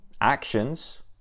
Actions